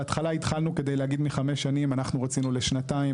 בהתחלה התחלנו כדי להגין מחמש שנים אנחנו רצינו לשנתיים,